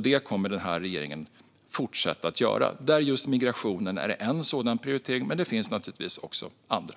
Det kommer den här regeringen att fortsätta göra. Migration är en sådan prioritering, men det finns naturligtvis också andra.